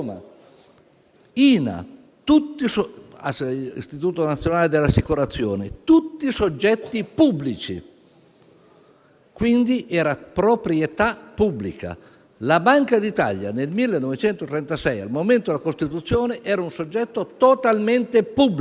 INA (Istituto nazionale delle assicurazioni), tutti soggetti pubblici, per cui era proprietà pubblica. La Banca d'Italia nel 1936, al momento della costituzione, era un soggetto totalmente pubblico